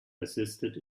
persisted